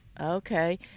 Okay